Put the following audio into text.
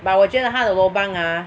but 我觉得她的 lobang ah